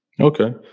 Okay